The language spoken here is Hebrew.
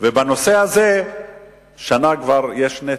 הזה כבר שנה יש נתק.